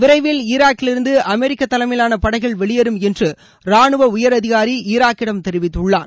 விரைவில் ஈராக்கிலிருந்து அமெரிக்கா தலைமையிலான படைகள் வெளியேறும் என்று ரானுவ உயர் அதிகாரி ஈராக்கிடம் தெரிவித்துள்ளார்